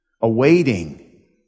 awaiting